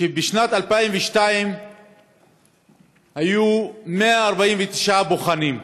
בשנת 2002 היו 149 בוחנים,